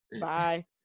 Bye